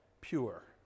pure